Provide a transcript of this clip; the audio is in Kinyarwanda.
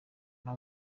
nta